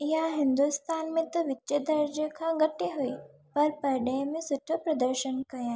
इहा हिंदुस्तान में त विचे दर्जे खां घटि हुई पर परॾेह में सुठो प्रदर्शन कयई